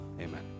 Amen